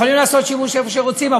יכולים לעשות שימוש איפה שרוצים,